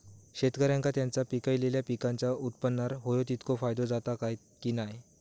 शेतकऱ्यांका त्यांचा पिकयलेल्या पीकांच्या उत्पन्नार होयो तितको फायदो जाता काय की नाय?